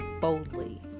boldly